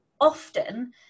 often